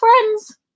friends